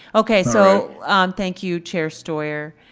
okay, so thank you, chair steuer.